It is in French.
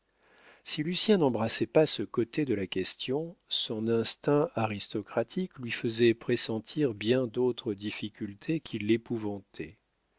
si lucien n'embrassait pas ce côté de la question son instinct aristocratique lui faisait pressentir bien d'autres difficultés qui l'épouvantaient